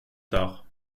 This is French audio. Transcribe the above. tard